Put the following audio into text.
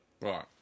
Right